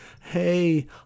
hey